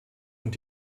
und